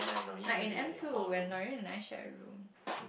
like in M_2 when Laurine and I share a room